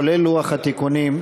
כולל לוח התיקונים,